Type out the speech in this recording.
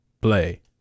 play